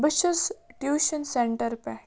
بہٕ چھُس tuition centre پٮ۪ٹھ